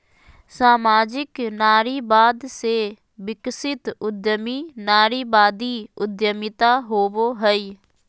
सामाजिक नारीवाद से विकसित उद्यमी नारीवादी उद्यमिता होवो हइ